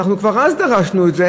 אנחנו כבר אז דרשנו את זה.